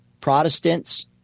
protestants